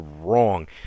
wrong